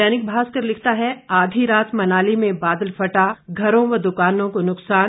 दैनिक भास्कर लिखता है आधी रात मनाली में बादल फटा घरों व दुकानों को नुकसान